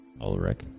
Ulrich